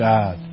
God